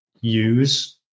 use